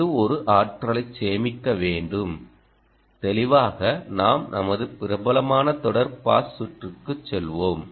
இது ஒரு ஆற்றலைச் சேமிக்க வேண்டும்தெளிவாக நாம் நமது பிரபலமான தொடர் பாஸ் சுற்றுக்கு செல்ல வேண்டும்